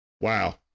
Wow